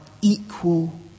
equal